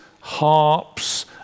harps